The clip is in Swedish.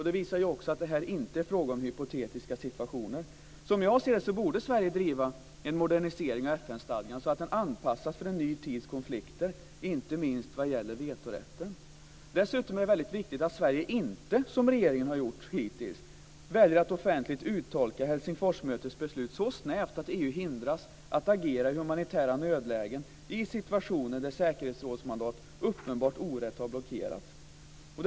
Det visar att det här inte är fråga om hypotetiska situationer. Som jag ser det borde Sverige driva en modernisering av FN-stadgan så att den anpassas för en ny tids konflikter, inte minst vad gäller vetorätten. Dessutom är det väldigt viktigt att Sverige inte, som regeringen hittills har gjort, väljer att offentligt uttolka Helsingforsmötets beslut så snävt att EU hindras att agera i humanitära nödlägen i situationer där säkerhetsrådsmandat uppenbart orätt har blockerats.